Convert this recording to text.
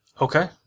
Okay